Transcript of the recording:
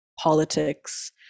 politics